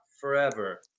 forever